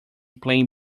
playing